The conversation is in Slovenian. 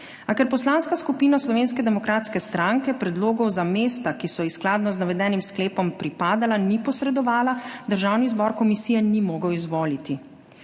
A ker Poslanska skupina Slovenske demokratske stranke predlogov za mesta, ki so ji skladno z navedenim sklepom pripadala, ni posredovala, Državni zbor komisije ni mogel izvoliti.